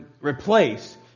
replace